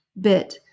bit